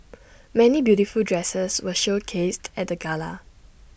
many beautiful dresses were showcased at the gala